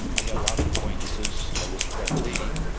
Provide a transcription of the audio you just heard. and i had a lot of acquaintances. i was friendly.